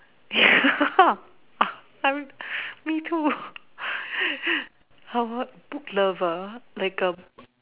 I me too book lover like a